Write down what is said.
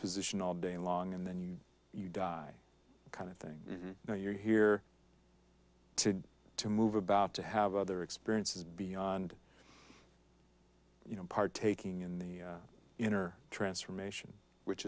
position all day long and then you you die kind of thing you know you're here to move about to have other experiences beyond you know partaking in the inner transformation which